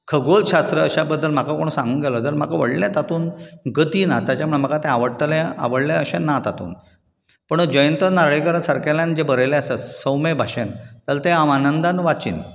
खगोलशास्त्रा अशा बद्दल म्हाका कोण सांगूंक गेलो तर म्हाका व्हडलें तातूंत गती ना ताच्या म्हाका तें आवडटलें आवडलें अशें ना तातूंत पूण जयंतन नार्वेकार सारकेल्यान जें बरयल्लें आसा सौम्य भाशेंत तें हांव आनंदान वाचीन